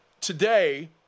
today